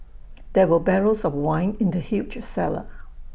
there were barrels of wine in the huge cellar